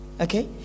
Okay